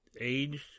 aged